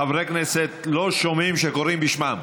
חברי כנסת לא שומעים כשקוראים בשמם.